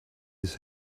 his